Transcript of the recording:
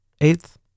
Eighth